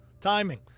Timing